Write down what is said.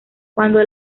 cuándo